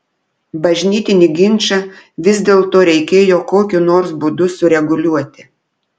bažnytinį ginčą vis dėlto reikėjo kokiu nors būdu sureguliuoti